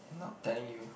not telling you